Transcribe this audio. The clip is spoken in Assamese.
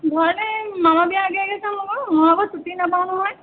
ঘৰলে মামাৰ বিয়া আগে আগে যাম আকৌ নহ'বা ছুটি নাপাওঁ নহয়